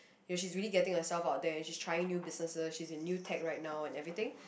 you should really getting yourself out there she's trying new businesses she's in new track right now and everything